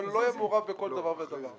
אבל הוא לא יהיה מעורב בכל דבר ודבר.